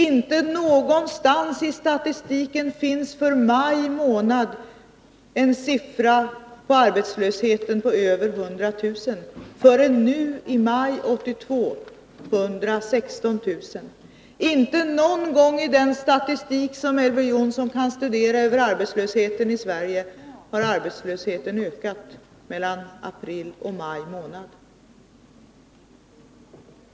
Inte någonstans i statistiken finns det för maj månad en siffra på arbetslösheten på över 100 000 förrän nu i maj 1982: 116 000. Inte någon gång i den statistik som Elver Jonsson kan studera över arbetslösheten i Sverige har arbetslösheten ökat mellan april och maj.